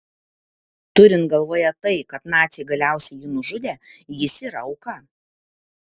turint galvoje tai kad naciai galiausiai jį nužudė jis yra auka